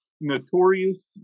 notorious